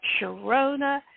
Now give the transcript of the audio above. Sharona